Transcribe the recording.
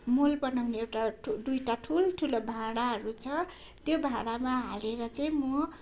मल बनाउने एउटा दुईवटा ठुल्ठुलो भाँडाहरू छ त्यो भाँडामा हालेर चाहिँ म